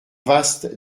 vaast